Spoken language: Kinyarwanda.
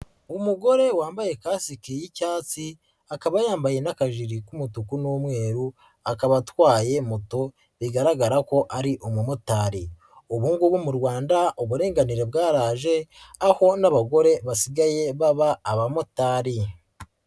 Umugore wambaye kasike y'icyatsi akaba yambaye n'ajiri k'umutuku n'umweru akaba atwaye moto bigaragara ko ari umumotari, ubu ngubu mu Rwanda uburinganire bwaraje aho n'abagore basigaye baba abamotari.